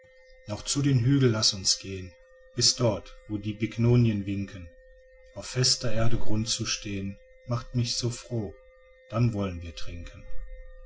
noch zu dem hügel laßt uns gehn bis dort wo die bignonien winken auf fester erde grund zu stehn macht mich so froh dann wolln wir trinken